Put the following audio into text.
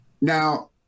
Now